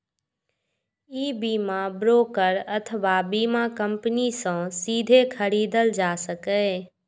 ई बीमा ब्रोकर अथवा बीमा कंपनी सं सीधे खरीदल जा सकैए